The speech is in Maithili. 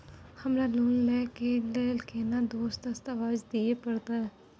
हमरा लोन लय के लेल केना कोन दस्तावेज दिए परतै?